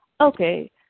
okay